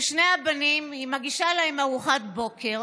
ושני הבנים, "היא מגישה להם את ארוחת הבוקר